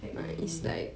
heck already